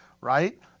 right